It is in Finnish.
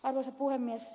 arvoisa puhemies